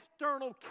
external